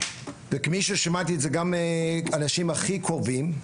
וכפי ששמעתי זה גם אנשים הכי קרובים,